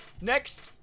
Next